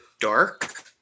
dark